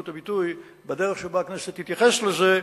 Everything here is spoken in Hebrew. את הביטוי בדרך שבה הכנסת תתייחס לזה.